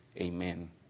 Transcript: Amen